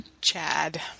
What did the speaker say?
Chad